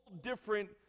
different